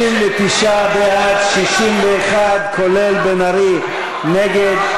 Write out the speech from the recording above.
59 בעד, 61, כולל בן ארי, נגד.